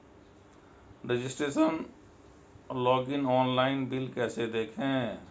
Registration login online bill कैसे देखें?